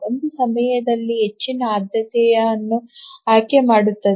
ಒಂದು ಸಮಯದಲ್ಲಿ ಹೆಚ್ಚಿನ ಆದ್ಯತೆಯನ್ನು ಆಯ್ಕೆ ಮಾಡಲಾಗುತ್ತದೆ